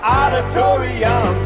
auditorium